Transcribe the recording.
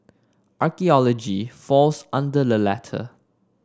archaeology falls under the latter